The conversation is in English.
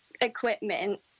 equipment